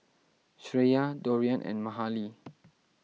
Shreya Dorian and Mahalie